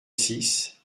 six